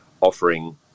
offering